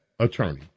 attorney